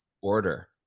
order